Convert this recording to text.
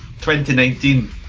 2019